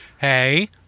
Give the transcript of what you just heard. Hey